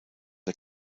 der